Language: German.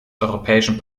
europäischen